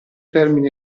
termini